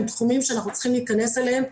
הם תחומים שאנחנו צריכים להיכנס אליהם,